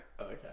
Okay